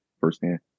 firsthand